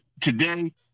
today